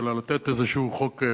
אלא לתת איזשהו חוק,